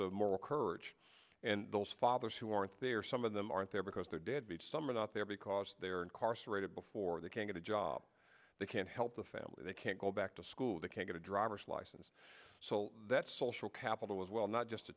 of moral courage and those fathers who aren't there some of them aren't there because they're deadbeats some are not there because they are incarcerated before they can get a job they can't help the family they can't go back to school they can get a driver's license so that social capital as well not just